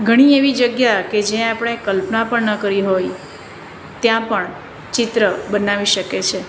ઘણી એવી જગ્યા કે જ્યાં આપણે કલ્પના પણ ન કરી હોય ત્યાં પણ ચિત્ર બનાવી શકે છે